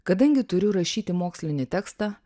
kadangi turiu rašyti mokslinį tekstą